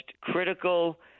critical